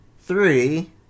Three